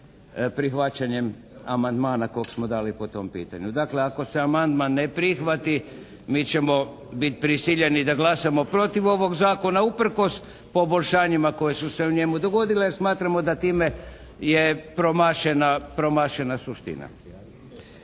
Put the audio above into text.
prihvaćanjem amandmana kog smo dali po tom pitanju. Dakle ako se amandman ne prihvati mi ćemo biti prisiljeni da glasamo protiv ovog zakona uprkos poboljšanjima koji su se u njemu dogodile. A smatramo da time je promašena suština.